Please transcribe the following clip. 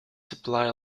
supply